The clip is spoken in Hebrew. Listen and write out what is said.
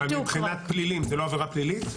מבחינת פלילים זאת לא עבירה פלילית?